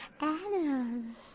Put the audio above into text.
Adam